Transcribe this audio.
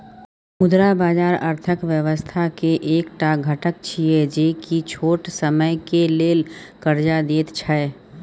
मुद्रा बाजार अर्थक व्यवस्था के एक टा घटक छिये जे की छोट समय के लेल कर्जा देत छै